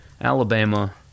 Alabama